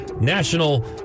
national